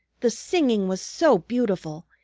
the singing was so beautiful,